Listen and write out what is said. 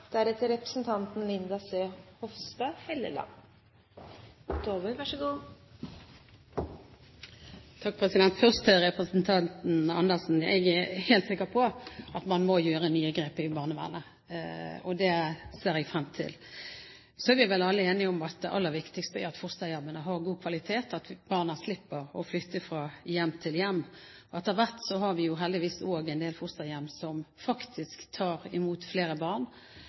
Først til representanten Andersen: Jeg er helt sikker på at man må gjøre nye grep i barnevernet, og det ser jeg frem til. Så er vi vel alle enige om at det aller viktigste er at fosterhjemmene har god kvalitet, og at barna slipper å flytte fra hjem til hjem. Etter hvert har vi heldigvis også fått en del fosterhjem som faktisk tar imot flere barn